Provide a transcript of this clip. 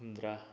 ꯍꯨꯝꯐꯨꯇꯔꯥ